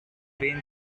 been